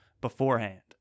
beforehand